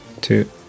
two